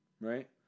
Right